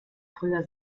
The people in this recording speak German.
früher